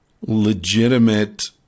legitimate